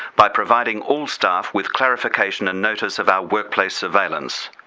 by providing all staff with clarification and notice of our workplace surveillance.